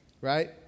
Right